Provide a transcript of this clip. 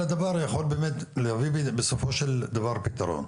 הדבר יכול באמת להביא בסופו של דבר פתרון,